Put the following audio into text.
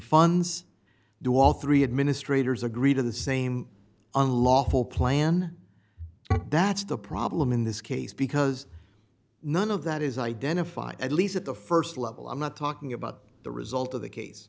funds do all three administrators agree to the same unlawful plan that's the problem in this case because none of that is identified at least at the st level i'm not talking about the result of the case